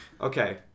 Okay